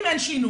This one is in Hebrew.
אם אין שינוי,